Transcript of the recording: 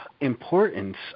importance